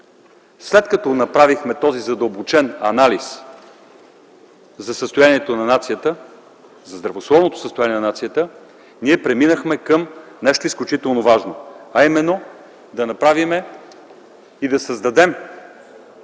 След като направихме този задълбочен анализ за здравословното състояние на нацията, ние преминахме към нещо изключително важно, а именно да направим, да създадем